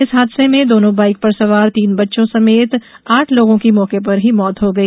इस हादसे में दोनों बाइक पर सवार तीन बच्चों समेत आठ लोगों की मौके पर ही मौत हो गई